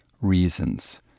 reasons